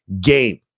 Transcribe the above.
game